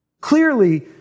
Clearly